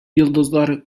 йолдызлар